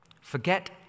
forget